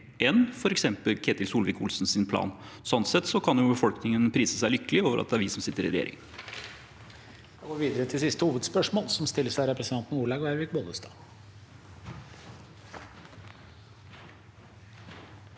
enn f.eks. Ketil Solvik-Olsens plan. Sånn sett kan befolkningen prise seg lykkelig over at det er vi som sitter i regjering.